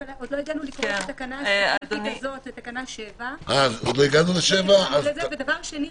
עוד לא הגענו לקרוא את תקנה 7. ודבר שני,